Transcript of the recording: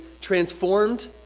transformed